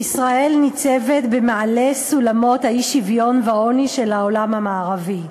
"ישראל ניצבת במעלה סולמות האי-שוויון והעוני של העולם המערבי".